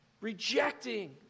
rejecting